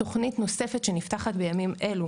תוכנית נוספת שנפתחת בימים אלו,